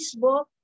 Facebook